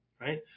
right